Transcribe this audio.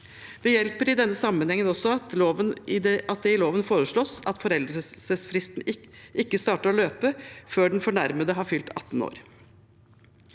Det hjelper i denne sammenheng også at det i loven foreslås at foreldelsesfristen ikke starter å løpe før den fornærmede har fylt 18 år.